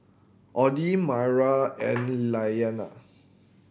Audie Mayra and Iyana